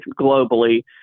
globally